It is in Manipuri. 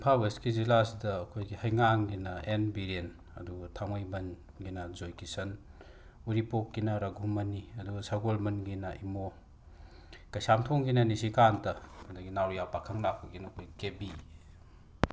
ꯏꯝꯐꯥꯜ ꯋꯦꯁꯀꯤ ꯖꯤꯂꯥꯁꯤꯗ ꯑꯩꯈꯣꯏꯒꯤ ꯍꯩꯉꯥꯡꯒꯤꯅ ꯑꯦꯟ ꯕꯤꯔꯦꯟ ꯑꯗꯨꯒ ꯊꯥꯡꯃꯩꯕꯟꯒꯤꯅ ꯖꯣꯏꯀꯤꯁꯟ ꯎꯔꯤꯄꯣꯛꯀꯤꯅ ꯔꯘꯨꯃꯅꯤ ꯑꯗꯨꯒ ꯁꯒꯣꯜꯕꯟꯒꯤꯅ ꯏꯃꯣ ꯀꯩꯁꯥꯝꯊꯣꯡꯒꯤꯅ ꯅꯤꯁꯤꯀꯥꯟꯇ ꯑꯗꯒꯤ ꯅꯥꯎꯔꯤꯌꯥ ꯄꯥꯈꯪꯂꯥꯛꯄꯒꯤꯅ ꯑꯩꯈꯣꯏ ꯀꯦꯕꯤ